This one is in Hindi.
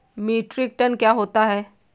मीट्रिक टन क्या होता है?